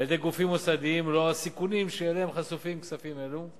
על-ידי גופים מוסדיים ולאור הסיכונים שאליהם חשופים כספים אלו,